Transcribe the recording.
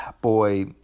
boy